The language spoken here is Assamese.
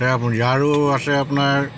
চেৰাপুঞ্জী আৰু আছে আপোনাৰ